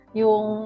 yung